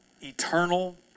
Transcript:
eternal